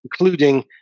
including